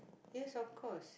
yes of course